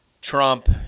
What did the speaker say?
Trump